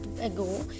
ago